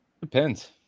Depends